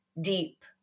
deep